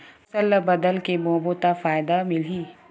फसल ल बदल के बोबो त फ़ायदा मिलही?